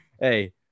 hey